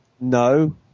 No